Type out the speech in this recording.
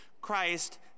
Christ